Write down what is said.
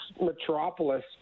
metropolis